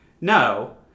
no